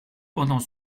pendant